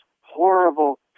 horrible